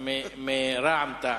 יוצא דופן,